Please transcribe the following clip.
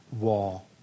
wall